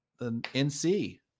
NC